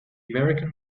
american